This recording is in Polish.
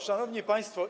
Szanowni Państwo!